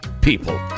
people